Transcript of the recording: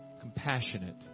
compassionate